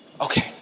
Okay